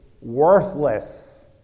worthless